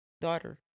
daughter